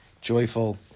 joyful